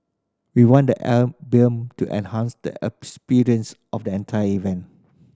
we want the album to enhance the experience of the entire event